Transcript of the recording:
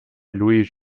louis